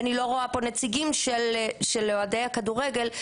ואני לא רואה פה נציגים של אוהדי הכדורגל,